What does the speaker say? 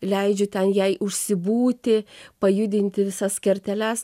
leidžiu ten jai užsibūti pajudinti visas kerteles